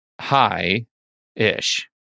high-ish